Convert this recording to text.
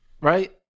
Right